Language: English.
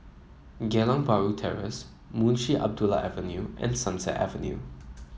Geylang Bahru Terrace Munshi Abdullah Avenue and Sunset Avenue